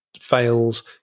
fails